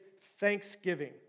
thanksgiving